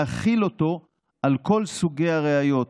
להחיל אותו על כל סוגי הראיות,